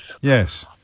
Yes